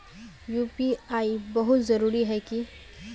UPI बहुत जरूरी है की?